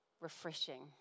refreshing